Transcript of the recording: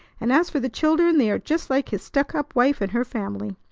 and as for the children they are just like his stuck-up wife and her family.